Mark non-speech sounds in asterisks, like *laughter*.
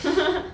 *breath*